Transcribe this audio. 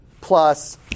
plus